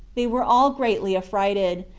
they were all greatly affrighted,